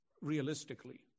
realistically